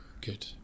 good